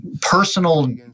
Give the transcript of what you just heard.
personal